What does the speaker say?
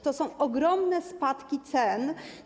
To są ogromne spadki cen.